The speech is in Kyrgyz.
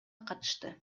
катышты